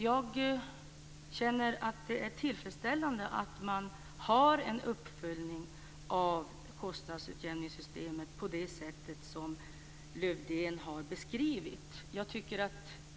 Jag känner att det är tillfredsställande att man har en uppföljning av kostnadsutjämningssystemet på det sätt som Lövdén har beskrivit.